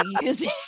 using